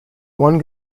one